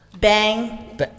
Bang